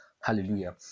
Hallelujah